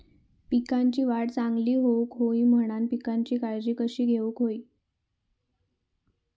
पिकाची वाढ चांगली होऊक होई म्हणान पिकाची काळजी कशी घेऊक होई?